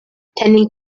tending